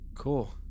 Cool